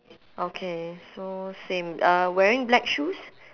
okay so same uh wearing black shoes